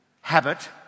habit